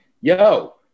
yo